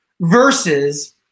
versus